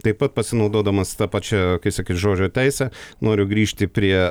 taip pat pasinaudodamas ta pačia kai sakyt žodžio teise noriu grįžti prie